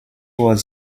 was